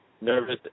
Nervous